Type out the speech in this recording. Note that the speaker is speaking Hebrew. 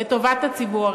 לטובת הציבור.